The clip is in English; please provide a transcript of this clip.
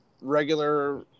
regular